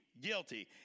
guilty